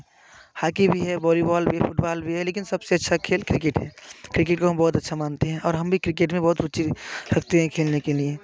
hockey भी है volleyball भी फुटबॉल भी है लेकिन सबसे अच्छा खेल क्रिकेट है क्रिकेट में बहुत अच्छा मानते हैं और हम भी क्रिकेट में बहुत रुचि रखते हैं खेलने के लिए